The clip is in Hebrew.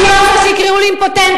אני לא רוצה שיקראו לי אימפוטנטית,